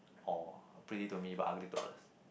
or pretty to me but ugly to others